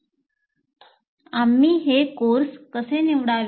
आम्ही हे कोर्स कसे निवडावे